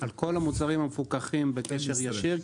על כל המוצרים המפוקחים בקשר ישיר,